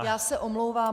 Já se omlouvám.